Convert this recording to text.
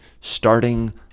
starting